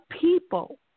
people